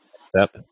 step